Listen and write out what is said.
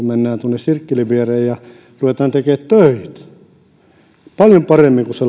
mennään tuonne sirkkelin viereen ja ruvetaan tekemään töitä tuo leipää suuhun ja paljon paremmin kuin se